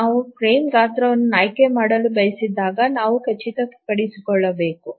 ನಾವು ಫ್ರೇಮ್ ಗಾತ್ರವನ್ನು ಆಯ್ಕೆ ಮಾಡಲು ಬಯಸಿದಾಗ ನಾವು ಖಚಿತಪಡಿಸಿಕೊಳ್ಳಬೇಕು